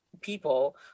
people